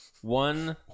One